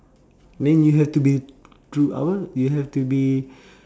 then you have to be throughout you have to be